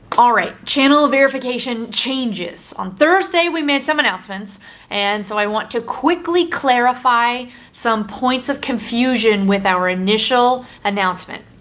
alright, channel verification changes. on thursday we made some announcements and so i want to quickly clarify some points of confusion with our initial announcement.